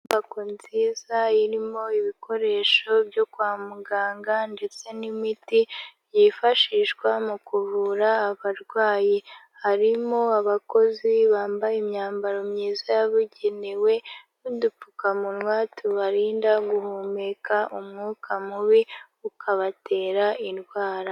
Inyubako nziza irimo ibikoresho byo kwa muganga ndetse n'imiti yifashishwa mu kuvura abarwayi, harimo abakozi bambaye imyambaro myiza yabugenewe n'udupfukamunwa tubarinda guhumeka umwuka mubi ukabatera indwara.